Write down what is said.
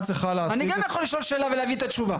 אני גם יכול לשאול שאלה ולהביא את התשובה.